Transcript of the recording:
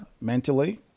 mentally